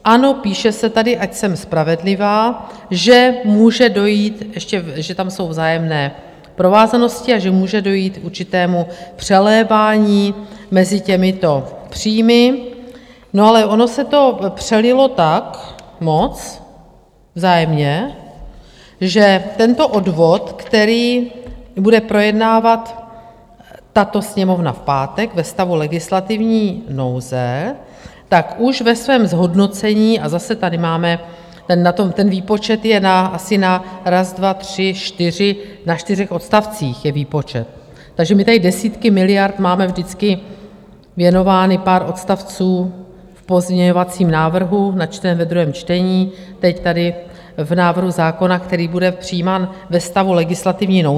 Ano, píše se tady, ať jsem spravedlivá, že může dojít že tam jsou vzájemné provázanosti a že může dojít k určitému přelévání mezi těmito příjmy, ale ono se to přelilo tak moc vzájemně, že tento odvod, který bude projednávat tato Sněmovna v pátek ve stavu legislativní nouze, už ve svém zhodnocení, a zase tady máme ten výpočet je asi na raz, dva, tři, čtyři na čtyřech odstavcích je výpočet, takže my tady desítky miliard máme vždycky věnováno pár odstavců pozměňovacím návrhům načteným ve druhém čtení, teď tady v návrhu zákona, který bude přijímán ve stavu legislativní nouze.